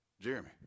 Jeremy